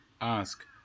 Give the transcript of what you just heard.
Ask